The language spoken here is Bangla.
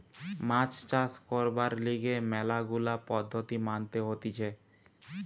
মাছ চাষ করবার লিগে ম্যালা গুলা পদ্ধতি মানতে হতিছে